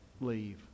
leave